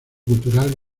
cultural